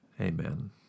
Amen